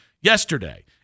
yesterday